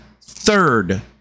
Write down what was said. third